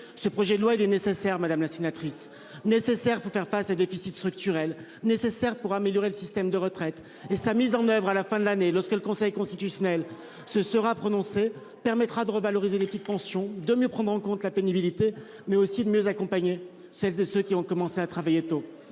rassurer les marchés financiers ! Il est nécessaire pour faire face aux déficits structurels et pour améliorer le système de retraite. Sa mise en oeuvre à la fin de l'année, lorsque le Conseil constitutionnel se sera prononcé, permettra de revaloriser les petites pensions, de mieux prendre en compte la pénibilité, mais aussi de mieux accompagner celles et ceux qui ont commencé à travailler tôt.